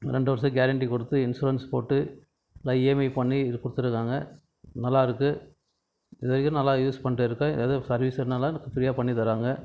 ரெண்டு வருடம் கேரண்டி கொடுத்து இன்சூரன்ஸ் போட்டு எல்லாம் இஎம்ஐ பண்ணி இது கொடுத்துருக்காங்க நல்லாயிருக்கு இதுவரைக்கும் நல்லா யூஸ் பண்ணிட்டுருக்கேன் எதுவும் சர்வீஸுனாலும் ஃப்ரீயாக பண்ணித்தராங்க